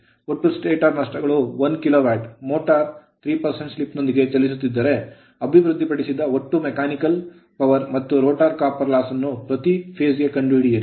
Motor motor 3 slip slip ನೊಂದಿಗೆ ಚಲಿಸುತ್ತಿದ್ದರೆ ಅಭಿವೃದ್ಧಿಪಡಿಸಿದ ಒಟ್ಟು mechanical power ಯಾಂತ್ರಿಕ ಶಕ್ತಿ ಮತ್ತು rotor copper loss ರೋಟರ್ ತಾಮ್ರದ ನಷ್ಟವ ನ್ನು ಪ್ರತಿ phase ಫೇಸ್ ಕಂಡುಹಿಡಿಯಿರಿ